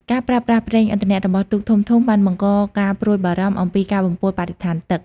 ការប្រើប្រាស់ ប្រេងឥន្ធនៈ របស់ទូកធំៗបានបង្កការព្រួយបារម្ភអំពីការបំពុលបរិស្ថានទឹក។